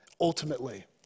ultimately